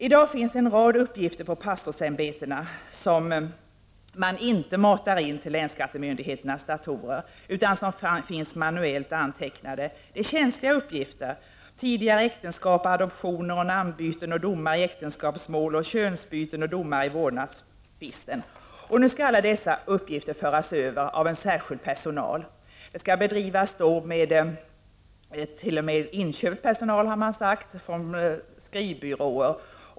I dag finns en rad uppgifter som pastorsämbetena inte matar in i länsskattemyndighetens datorer, utan som finns manuellt antecknade på personakten. Det rör sig om känsliga uppgifter såsom tidigare äktenskap, adoptioner, namnbyten, domar i äktenskapsmål, könsbyten, domar i vårdnadstvister och flera andra uppgifter av liknande karaktär. Nu skall alla dessa uppgifter föras över av en särskild personal. Man kommer t.o.m. att ta i anspråk inköpt personal från skrivbyråer.